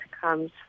comes